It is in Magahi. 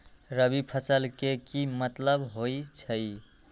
रबी फसल के की मतलब होई छई?